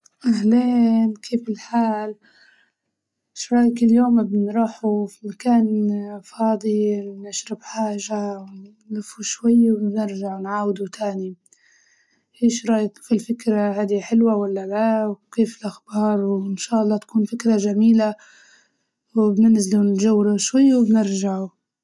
أهلين كيف الحال؟ إيش رأيك اليوم بنروحوا في مكان فاضي نشرب حاجة ونلفوا شوية ونرجع ونعاودوا تاني؟ إيش رأيك في الفكرة هادي ؟ حلوة ولا لا؟ وكيف الأخبار؟ وإن شاء الله تكون فكرة جميلة وبننزلوا نتجولوا شوية وبنرجعوا.